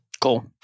Cool